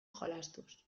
jolastuz